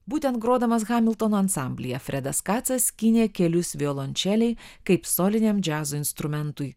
būtent grodamas hamiltono ansamblyje fredas kacas skynė kelius violončelei kaip soliniam džiazo instrumentui